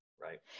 right